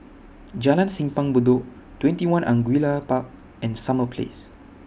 Jalan Simpang Bedok TwentyOne Angullia Park and Summer Place